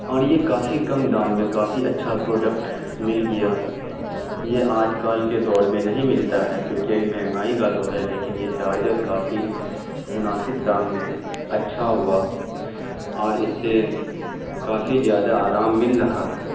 اور یہ کافی کم دام میں کافی اچھا پروڈکٹ مل گیا یہ آج کل کے دور میں نہیں ملتا ہے کیوںکہ ابھی مہنگائی کا دور ہے لیکن یہ چاڑجر کافی مناسب دام میں اچھا ہوا آج اس سے کافی زیادہ آرام مل رہا ہے